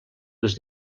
les